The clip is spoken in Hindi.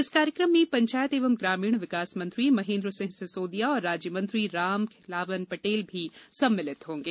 इस कार्यक्रम में पंचायत एवं ग्रामीण विकास मंत्री महेन्द्र सिंह सिसौदिया और राज्य मंत्री राम खेलावन पटेल भी सम्मिलित होंगे